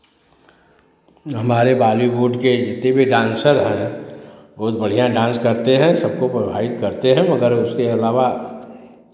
हमारे बॉलीवुड की जितनी भी डान्सर है बहुत बढ़ियाँ डांस करते हैं सब को प्रोवाइड करते हैं मगर उसके अलावा